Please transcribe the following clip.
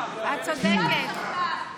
את צודקת.